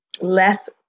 less